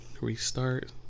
restart